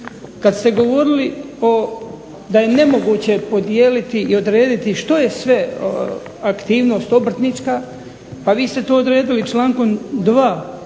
Kada ste govorili da je nemoguće podijeliti i odrediti što je sve aktivnost obrtnička pa vi ste to odredili člankom 2.dopuštena